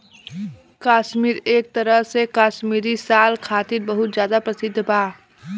काश्मीर एक तरह से काश्मीरी साल खातिर बहुत ज्यादा प्रसिद्ध बा